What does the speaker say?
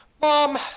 mom